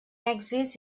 èxits